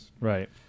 Right